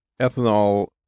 ethanol